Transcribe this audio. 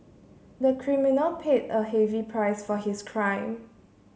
the criminal paid a heavy price for his crime